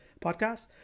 podcast